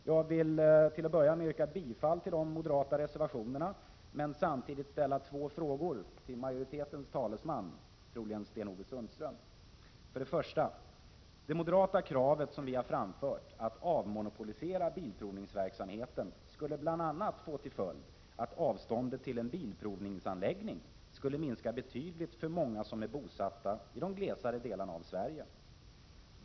Jag vill yrka bifall till de moderata reservationerna, men samtidigt ställa två frågor till majoritetens talesman, troligen Sten-Ove Sundström. Det moderata kravet att avrmonopolisera bilprovningsverksamheten skulle bl.a. få till följd att avståndet till en bilprovningsanläggning skulle minska betydligt för många som är bosatta i de glesare delarna av Sverige.